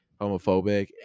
homophobic